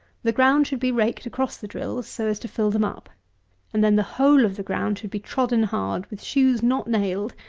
the ground should be raked across the drills, so as to fill them up and then the whole of the ground should be trodden hard, with shoes not nailed,